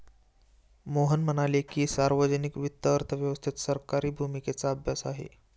मोहन म्हणाले की, सार्वजनिक वित्त अर्थव्यवस्थेत सरकारी भूमिकेचा अभ्यास आहे